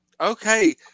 okay